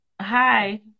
hi